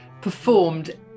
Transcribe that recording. performed